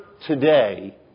today